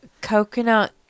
coconut